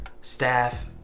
staff